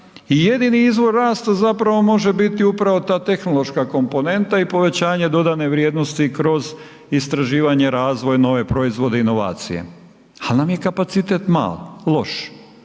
jedini izvor rasta zapravo može biti upravo ta tehnološka komponenta i povećanje dodane vrijednosti kroz istraživanje, razvoj, nove proizvode, inovacije ali nam je kapacitet mali, loš